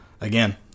again